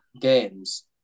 games